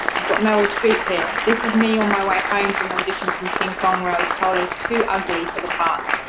but meryl streep here. this was me on my way home for an audition for king kong, where i was told i was too ugly for the part.